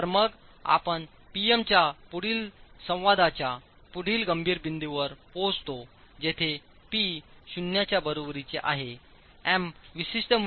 तर मग आपण P M च्या पुढील संवादाच्या पुढील गंभीर बिंदूवर पोहोचता जेथे P शून्यच्या बरोबरीचे आहे M विशिष्ट मूल्यापर्यंत पोहोचले आहे